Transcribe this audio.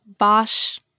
Bosch